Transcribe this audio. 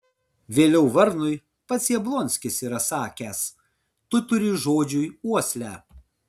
vėliau varnui pats jablonskis yra sakęs tu turi žodžiui uoslę